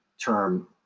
term